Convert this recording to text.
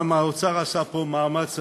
גם האוצר עשה פה מאמץ אדיר.